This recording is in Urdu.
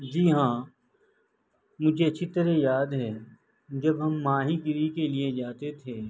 جی ہاں مجھے اچھی طرح یاد ہے جب ہم ماہی گیری کے لیے جاتے تھے